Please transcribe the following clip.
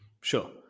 sure